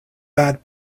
bad